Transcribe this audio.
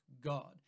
God